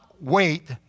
wait